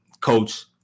coach